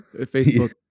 Facebook